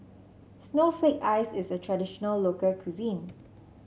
Snowflake Ice is a traditional local cuisine